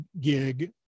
gig